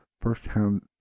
first-hand